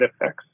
effects